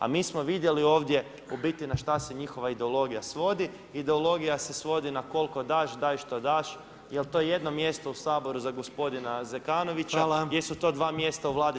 A mi smo vidjeli ovdje u biti na šta se njegova ideologija svodi, ideologija se svodi na koliko daš, daj šta daš jel to jedno mjesto u Saboru za gospodina Zekanovića, jesu to dva mjesta u vladi